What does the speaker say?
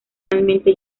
finalmente